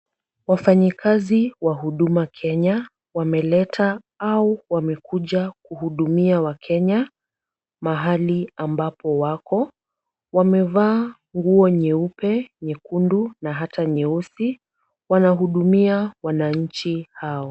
Wafanyakazi wa huduma kenya wameleta au wamekuja kuhudumia wakenya mahali ambapo wako. Wamevaa nguo nyeupe, nyekundu na hata nyeusi. Wanahudumia wananchi hao.